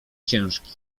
ciężki